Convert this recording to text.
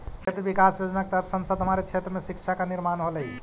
क्षेत्र विकास योजना के तहत संसद हमारे क्षेत्र में शिक्षा का निर्माण होलई